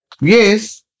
Yes